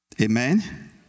Amen